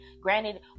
granted